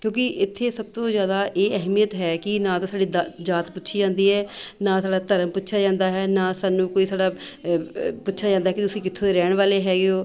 ਕਿਉਂਕਿ ਇੱਥੇ ਸਭ ਤੋਂ ਜ਼ਿਆਦਾ ਇਹ ਅਹਿਮੀਅਤ ਹੈ ਕਿ ਨਾ ਤਾਂ ਸਾਡੀ ਦਾ ਜਾਤ ਪੁੱਛੀ ਜਾਂਦੀ ਹੈ ਨਾ ਸਾਡਾ ਧਰਮ ਪੁੱਛਿਆ ਜਾਂਦਾ ਹੈ ਨਾ ਸਾਨੂੰ ਕੋਈ ਸਾਡਾ ਪੁੱਛਿਆ ਜਾਂਦਾ ਕਿ ਤੁਸੀਂ ਕਿੱਥੋਂ ਦੇ ਰਹਿਣ ਵਾਲੇ ਹੈਗੇ ਹੋ